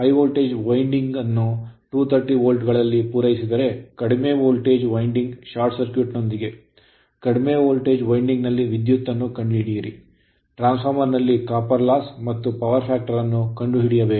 high voltage winding ಅನ್ನು 230 volt ಗಳಲ್ಲಿ ಪೂರೈಸಿದರೆ ಕಡಿಮೆ ವೋಲ್ಟೇಜ್ ವೈಂಡಿಂಗ್ ಶಾರ್ಟ್ ಸರ್ಕ್ಯೂಟ್ ನೊಂದಿಗೆ ಕಡಿಮೆ ವೋಲ್ಟೇಜ್ ವೈಂಡಿಂಗ್ ನಲ್ಲಿ ವಿದ್ಯುತ್ ಅನ್ನು ಕಂಡುಹಿಡಿಯಿರಿ ಟ್ರಾನ್ಸ್ ಫಾರ್ಮರ್ ನಲ್ಲಿ copper loss ಮತ್ತು ಪವರ್ ಫ್ಯಾಕ್ಟರ್ ಅನ್ನು ಕಂಡುಹಿಡಿಯಬೇಕು